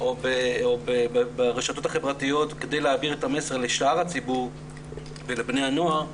או ברשתות החברתיות כדי להעביר את המסר לשאר הציבור ולבני הנוער,